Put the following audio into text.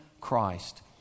Christ